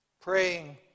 praying